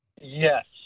Yes